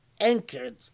anchored